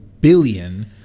billion